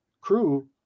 crew